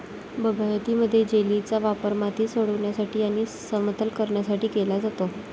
बागायतीमध्ये, जेलीचा वापर माती सोडविण्यासाठी आणि समतल करण्यासाठी केला जातो